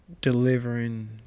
delivering